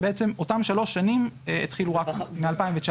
ובעצם אותם שלוש שנים התחילו רק מ-2019.